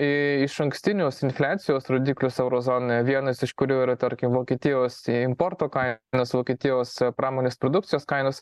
į išankstinius infliacijos rodiklius euro zonoje vienas iš kurių yra tarkim vokietijos importo kaina nes vokietijos pramonės produkcijos kainos